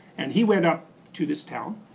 and he went up to this town,